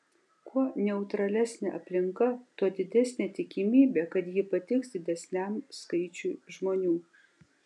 kuo neutralesnė aplinka tuo didesnė tikimybė kad ji patiks didesniam skaičiui žmonių